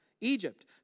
Egypt